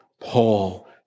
Paul